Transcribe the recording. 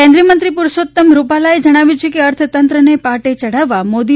કેન્દ્રીય મંત્રી પરષોત્તમ રૂપાલાએ જણાવ્યું છે કે અર્થતંત્રને પાટે યઢાવવા મોદી